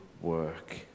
work